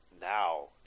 now